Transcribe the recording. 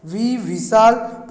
B Vishal plus কবে পাওয়া যাবে